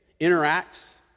interacts